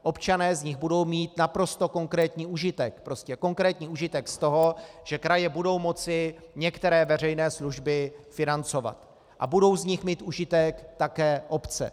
Občané z nich budou mít naprosto konkrétní užitek, prostě konkrétní užitek z toho, že kraje budou moci některé veřejné služby financovat, a budou z nich mít užitek také obce.